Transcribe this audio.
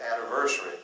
anniversary